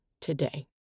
today